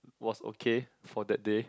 was okay for that day